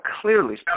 clearly